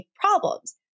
problems